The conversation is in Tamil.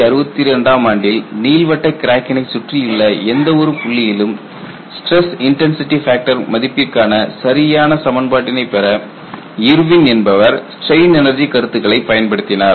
1962 ஆம் ஆண்டில் நீள்வட்ட கிராக்கினை சுற்றியுள்ள எந்த ஒரு புள்ளியிலும் ஸ்டிரஸ் இன்டன்சிடி ஃபேக்டர் மதிப்பிற்கான சரியான சமன்பாட்டினை பெற இர்வின் என்பவர் ஸ்டிரெயின் எனர்ஜி கருத்துக்களை பயன்படுத்தினார்